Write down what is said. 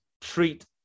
treat